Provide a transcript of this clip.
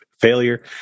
failure